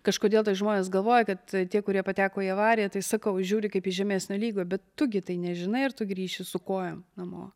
kažkodėl tai žmonės galvoja kad tie kurie pateko į avariją tai sakau žiūri kaip į žemesnio lygio bet tu gi tai nežinai ar tu grįši su kojom namo